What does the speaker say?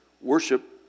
Worship